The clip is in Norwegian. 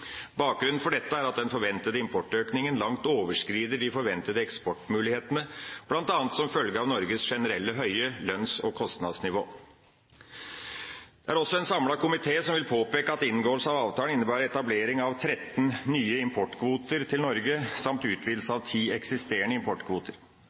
Bakgrunnen for dette er at den forventede importøkningen langt overskrider de forventede eksportmulighetene, bl.a. som følge av Norges generelle høye lønns- og kostnadsnivå. Det er også en samlet komité som vil påpeke at inngåelse av avtalen innebærer etablering av 13 nye importkvoter til Norge, samt utvidelse